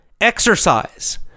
exercise